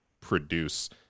produce